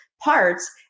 parts